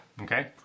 Okay